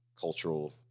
cultural